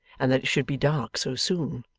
and that it should be dark so soon.